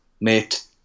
mate